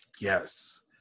yes